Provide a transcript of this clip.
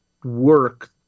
work